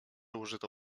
użyto